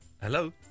Hello